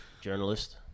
journalist